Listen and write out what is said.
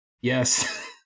Yes